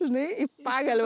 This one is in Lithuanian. žinai į pagalvę